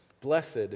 Blessed